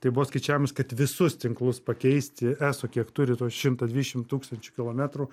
tai buvo skaičiavimas kad visus tinklus pakeisti eso kiek turi tuos šimtą dvidešimt tūkstančių kilometrų